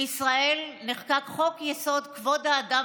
בישראל נחקק חוק-יסוד: כבוד האדם